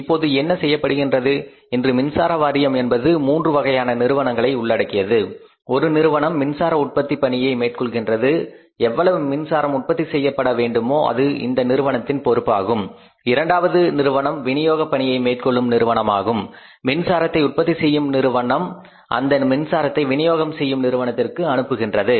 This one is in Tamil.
இப்போது என்ன செய்யப்படுகின்றது இன்று மின்சார வாரியம் என்பது மூன்று வகையான நிறுவனங்களை உள்ளடக்கியது ஒரு நிறுவனம் மின்சார உற்பத்தி பணியை மேற்கொள்கிறது எவ்வளவு மின்சாரம் உற்பத்தி செய்ய செய்யவேண்டுமோ அது இந்த நிறுவனத்தின் பொறுப்பாகும் இரண்டாவது நிறுவனம் விநியோக பணியை மேற்கொள்ளும் நிறுவனமாகும் மின்சாரத்தை உற்பத்தி செய்யும் நிறுவனம் அந்த மின்சாரத்தை வினியோகம் செய்யும் நிறுவனத்திற்கு அனுப்புகின்றது